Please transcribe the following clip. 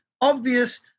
obvious